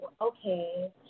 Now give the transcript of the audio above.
okay